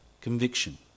conviction